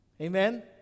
Amen